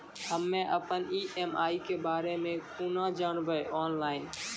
हम्मे अपन ई.एम.आई के बारे मे कूना जानबै, ऑनलाइन?